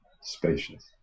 spacious